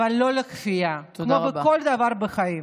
אבל לא לכפייה, כמו בכל דבר בחיים.